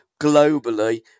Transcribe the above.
globally